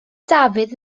dafydd